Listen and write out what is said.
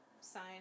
sign